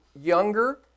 younger